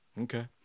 Okay